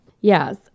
Yes